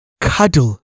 cuddle